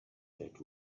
that